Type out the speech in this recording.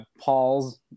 Paul's